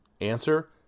Answer